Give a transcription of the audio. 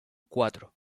cuatro